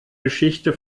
geschichte